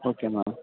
okay ma'am